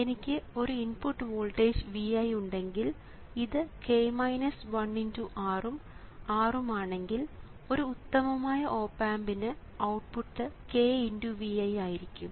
എനിക്ക് ഒരു input voltage Vi ഉണ്ടെങ്കിൽ ഇത് R ഉം R ഉം ആണെങ്കിൽ ഒരു ഉത്തമമായ ഓപ് ആമ്പിന് ഔട്ട്പുട്ട് k×Vi ആയിരിക്കും